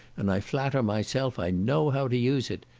and i flatter myself i know how to use it.